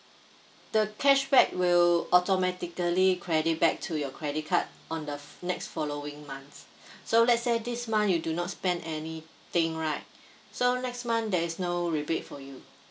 the cashback will automatically credit back to your credit card on the next following months so lets say this month you do not spend any thing right so next month there is no rebate for you